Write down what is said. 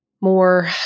more